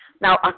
now